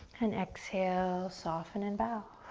and exhale, soften, and bow.